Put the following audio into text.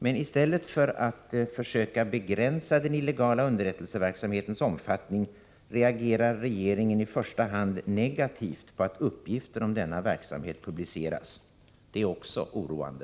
I stället för att försöka begränsa den illegala underrättelseverksamhetens omfattning, reagerar regeringen i första hand negativt på att uppgifter om denna verksamhet publiceras. Detta är också oroande.